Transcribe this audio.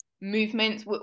movements